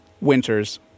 winters